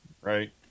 right